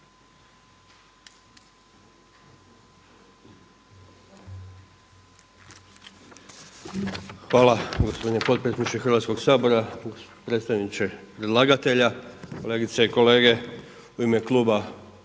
Hvala gospodine potpredsjedniče Hrvatskog sabora, predstavniče predlagatelja, Kolegice i kolege u ime Kluba zastupnika